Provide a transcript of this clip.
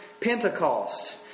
Pentecost